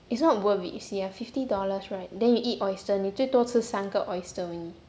it's not worth it you see ah fifty dollars right then you eat oyster 你最多吃三个 oyster only